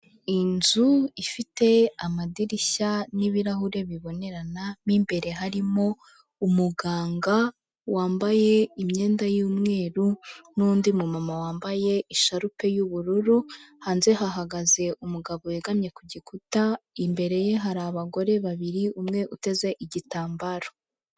Inzu ifite amadirishya n'ibirahure bibonerana, mo imbere harimo umuganga wambaye imyenda y'umweru n'undi mu mama wambaye isharupe y'ubururu, hanze hahagaze umugabo wegamye ku gikuta, imbere ye hari abagore babiri, umwe uteze igitambaro.